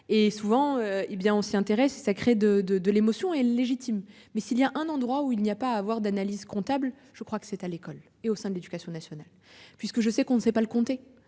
Et souvent, hé bien on s'y intéresse et ça crée de de de l'émotion est légitime, mais s'il y a un endroit où il n'y a pas à avoir d'analyse comptable. Je crois que c'est à l'école et au sein de l'Éducation nationale puisque je sais qu'on ne sait pas le comté